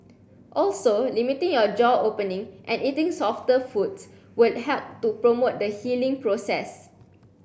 also limiting your jaw opening and eating softer foods will help to promote the healing process